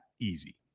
easy